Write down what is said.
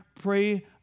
pray